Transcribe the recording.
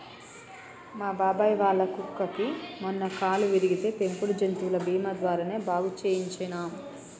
మా బాబాయ్ వాళ్ళ కుక్కకి మొన్న కాలు విరిగితే పెంపుడు జంతువుల బీమా ద్వారానే బాగు చేయించనం